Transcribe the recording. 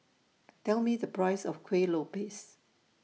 Tell Me The Price of Kuih Lopes